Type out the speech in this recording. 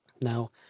Now